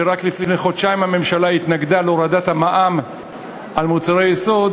שרק לפני חודשיים התנגדה להורדת המע"מ על מוצרי יסוד,